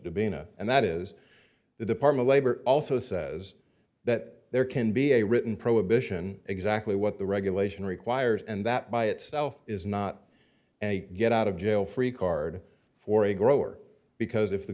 it and that is the department of labor also says that there can be a written prohibition exactly what the regulation requires and that by itself is not a get out of jail free card for a grower because if the